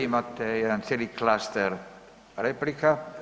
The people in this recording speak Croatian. Imate jedan cijeli klaster replika.